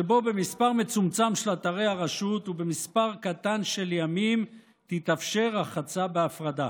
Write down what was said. שבו במספר מצומצם של אתרי הרשות ובמספר קטן של ימים תתאפשר רחצה בהפרדה.